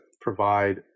provide